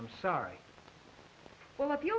i'm sorry well if you